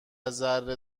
ذره